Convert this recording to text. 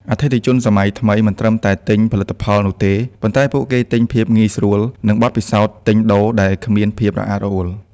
អតិថិជនសម័យថ្មីមិនត្រឹមតែទិញផលិតផលនោះទេ ប៉ុន្តែពួកគេទិញ ភាពងាយស្រួល និងបទពិសោធន៍ទិញដូរដែលគ្មានភាពរអាក់រអួល។